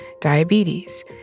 diabetes